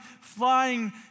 flying